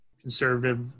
conservative